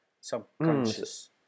Subconscious